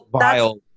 vile